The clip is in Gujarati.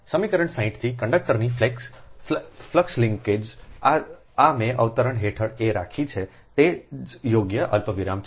સમીકરણ 60 થીકંડક્ટરની ફ્લક્સ લિંક્સેસ એ મેંઅવતરણ હેઠળaરાખી છેતે જ યોગ્ય અલ્પવિરામ છે